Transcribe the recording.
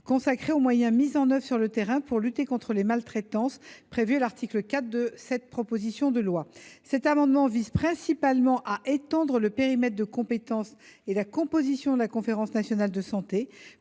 consacré aux moyens mis en œuvre sur le terrain pour lutter contre les maltraitances. Cet amendement vise principalement à étendre le périmètre de compétence et la composition de la Conférence nationale de santé